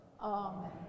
Amen